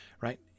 right